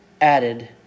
added